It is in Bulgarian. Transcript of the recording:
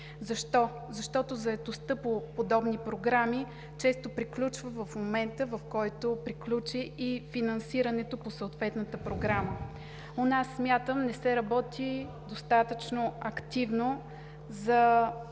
Защо? Защото заетостта по подобни програми често приключва в момента, в който приключи и финансирането по съответната програма. У нас смятам не се работи достатъчно активно за